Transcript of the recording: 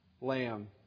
lamb